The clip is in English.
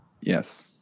Yes